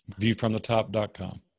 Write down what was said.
Viewfromthetop.com